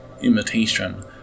imitation